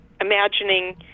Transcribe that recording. imagining